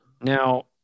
Now